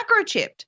microchipped